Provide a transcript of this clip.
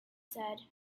said